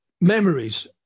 memories